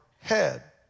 head